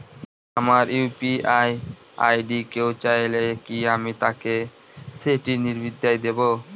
আমার UPI ID কেউ চাইলে কি আমি তাকে সেটি নির্দ্বিধায় দেব?